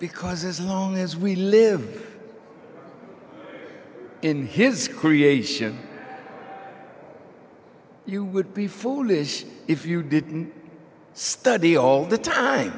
because as long as we live in his creation you would be foolish if you didn't study all the time